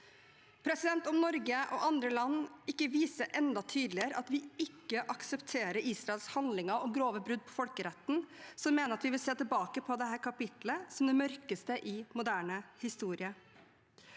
Om Norge og andre land ikke viser enda tydeligere at vi ikke aksepterer Israels handlinger og grove brudd på folkeretten, mener jeg at vi vil se tilbake på dette kapittelet som det mørkeste i moderne historie,